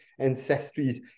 ancestries